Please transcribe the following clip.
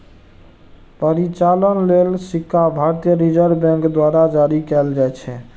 परिचालन लेल सिक्का भारतीय रिजर्व बैंक द्वारा जारी कैल जाइ छै